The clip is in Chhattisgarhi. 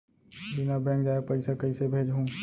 बिना बैंक जाए पइसा कइसे भेजहूँ?